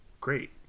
Great